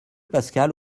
pascal